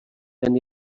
ten